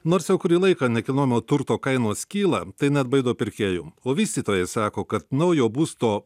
nors jau kurį laiką nekilnojamo turto kainos kyla tai neatbaido pirkėjų o vystytojai sako kad naujo būsto